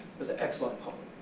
was an excellent poet.